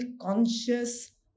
conscious